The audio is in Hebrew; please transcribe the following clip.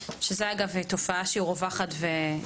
שזה אגב גם תופעה שהיא רווחת ובעייתית.